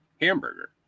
hamburger